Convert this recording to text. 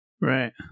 Right